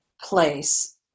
place